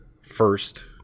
first